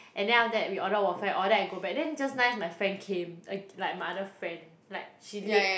and then after that we order waffle and all then I go back then just nice my friend came like my other friend like she late